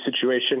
situation